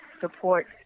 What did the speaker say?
support